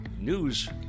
news